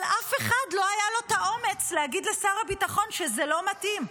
אבל לאף אחד לא היה האומץ להגיד לשר הביטחון שזה לא מתאים.